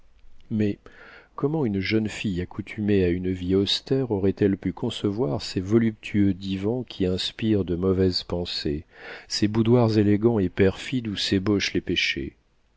mais comment une jeune fille accoutumée à une vie austère aurait-elle pu concevoir ces voluptueux divans qui inspirent de mauvaises pensées ces boudoirs élégants et perfides où s'ébauchent les péchés